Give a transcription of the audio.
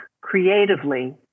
creatively